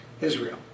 Israel